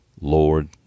Lord